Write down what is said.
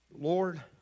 Lord